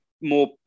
more